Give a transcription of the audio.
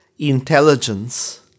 intelligence